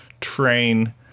train